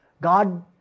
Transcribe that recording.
God